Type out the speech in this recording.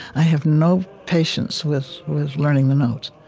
i have no patience with learning the notes